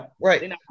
Right